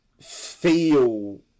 feel